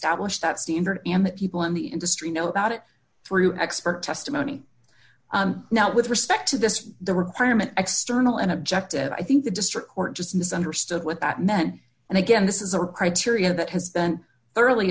stablished at stanford and that people in the industry know about it through expert testimony now with respect to this the requirement external and objective i think the district court just misunderstood with that men and again this is a criteria that has been thoroughly